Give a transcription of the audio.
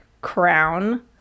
crown